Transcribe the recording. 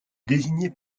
désignait